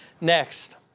Next